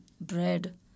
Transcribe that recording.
bread